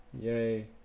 Yay